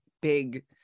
big